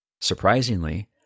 surprisingly